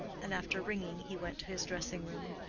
and after ringing he went to his dressing-room.